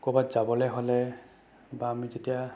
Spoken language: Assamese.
ক'ৰবাত যাবলৈ হ'লে বা আমি কেতিয়াবা